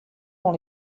dans